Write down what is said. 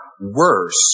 worse